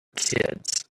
kids